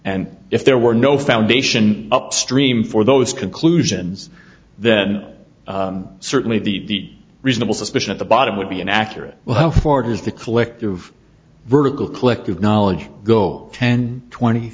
and if there were no foundation upstream for those conclusions then certainly the reasonable suspicion at the bottom would be an accurate well ford is the collective vertical collective knowledge go ten twenty